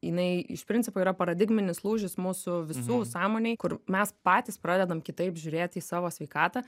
jinai iš principo yra paradigminis lūžis mūsų visų sąmonėj kur mes patys pradedam kitaip žiūrėti į savo sveikatą